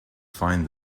find